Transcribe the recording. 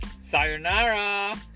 Sayonara